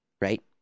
right